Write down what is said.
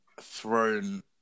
Thrown